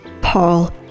paul